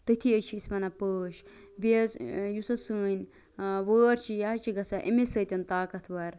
تٔتُے حظ چھِ أسۍ ونان پٲشۍ بیٚیہِ حظ یُس حظ سٲنٛۍ وٲرۍ چھِ یہِ حظ چھِ گَژھان امے سۭتۍ طاقتوَر